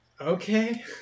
Okay